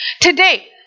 Today